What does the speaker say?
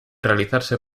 realizarse